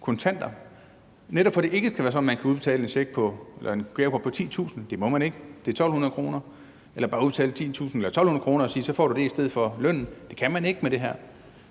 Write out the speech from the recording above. kontanter, netop for at det ikke kan være sådan, at man kan udbetale et gavekort på 10.000 kr. – det må man ikke; det er 1.200 kr. – eller bare udbetale 10.000 eller 1.200 kr. og så sige: Så får du det i stedet for lønnen. Det kan man ikke med det her.